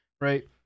right